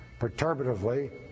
perturbatively